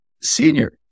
senior